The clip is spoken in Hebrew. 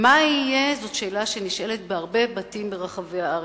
"מה יהיה?" זאת שאלה שנשאלת בהרבה בתים ברחבי הארץ.